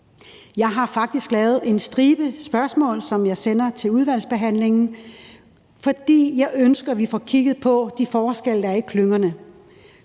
Jeg har faktisk lavet en stribe spørgsmål, som jeg sender til udvalgsbehandlingen, for jeg ønsker, at vi får kigget på de forskelle, der er i klyngerne.